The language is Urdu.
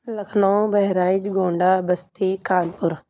لکھنؤ بہرائچ گونڈہ بستی کانپور